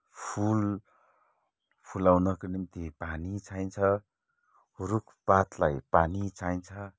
फुल फुलाउनका निम्ति पानी चाहिन्छ रुखपातलाई पानी चाहिन्छ